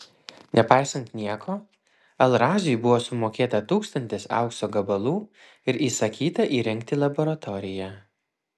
nepaisant nieko al raziui buvo sumokėta tūkstantis aukso gabalų ir įsakyta įrengti laboratoriją